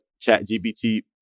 ChatGPT